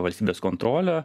valstybės kontrolė